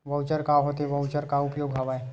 Voucher का होथे voucher के का उपयोग हवय?